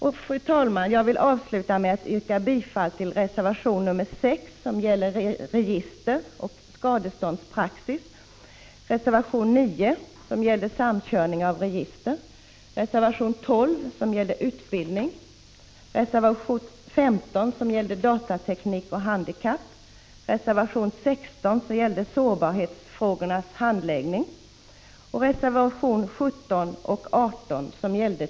Fru talman! Jag vill avsluta med att yrka bifall till reservation 6 som gäller